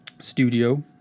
Studio